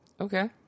Okay